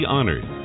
Honored